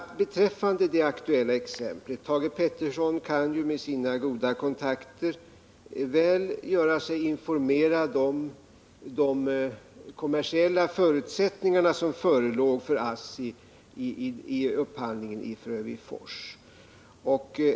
Thage Peterson kan ju med sina goda kontakter göra sig väl informerad om de kommersiella förutsättningar som förelåg för ASSI vid upphandlingen i Frövifors.